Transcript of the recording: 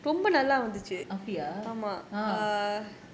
அப்டியா:apdiyaa